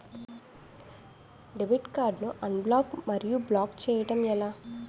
Debit card ను unblock block చేయటం ఎలా?